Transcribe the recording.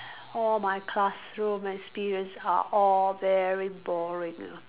all my classroom experience are all very boring ah